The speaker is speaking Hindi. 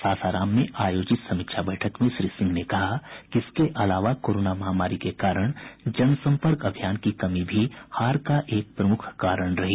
सासाराम में आयोजित समीक्षा बैठक में श्री सिंह ने कहा कि इसके अलावा कोरोना महामारी के कारण जनसंपर्क अभियान की कमी भी हार का एक प्रमुख कारण रही